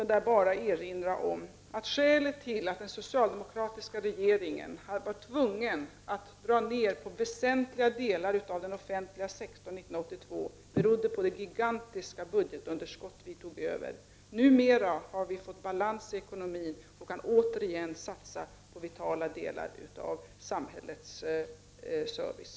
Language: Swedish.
Jag vill där erinra om att skä let till att den socialdemokratiska regeringen var tvungen att dra ned på väsentliga delar av den offentliga sektorn 1982 var det gigantiska budgetunderskott vi tog över. Numera har vi fått balans i ekonomin och kan återigen satsa på vitala delar av samhällets service.